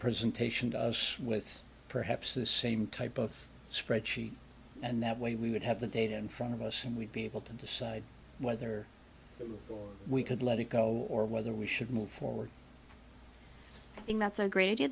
presentation to us with perhaps the same type of spreadsheet and that way we would have the data in front of us and we'd be able to decide whether we could let it go or whether we should move forward in that's a great idea